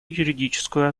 юридическую